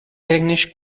technisch